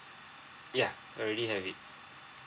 ya already have it